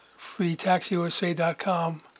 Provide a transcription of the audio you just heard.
FreeTaxUSA.com